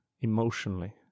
emotionally